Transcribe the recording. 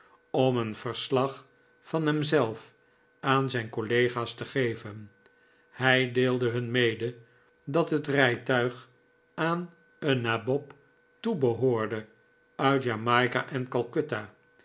om een verslag van hemzelf aan zijn collega's te geven hij deelde hun mede dat het rijtuig aan een nabob toebehoorde uit jamaica en